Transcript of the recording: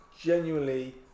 Genuinely